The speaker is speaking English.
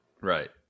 Right